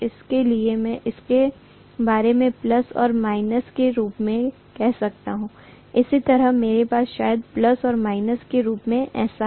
इसलिए मैं इसके बारे में प्लस और माइनस के रूप में कह सकता हूं इसी तरह मेरे पास शायद प्लस और माइनस के रूप में ऐसा है